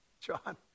John